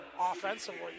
offensively